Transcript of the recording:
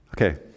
Okay